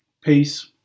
peace